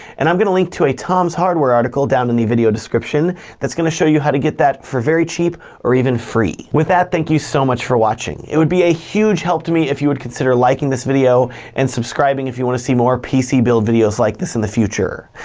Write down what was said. and i'm gonna link to a tom's hardware article down in the video description that's gonna show you how to get that for very cheap or even free. with that, thank you so much for watching. it would be a huge help to me if you would consider liking this video and subscribing if you wanna see more pc build videos like this in the future.